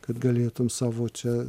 kad galėtum savo čia